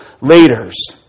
leaders